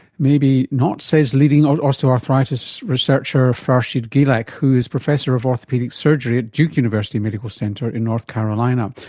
maybe not, says leading osteoarthritis researcher farshid guilak, who's professor of orthopaedic surgery at duke university medical center in north carolina.